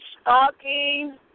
stalking